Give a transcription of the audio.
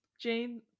Jane